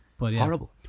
horrible